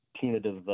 punitive